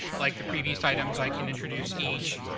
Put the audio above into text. like the previous items, i can introduce each,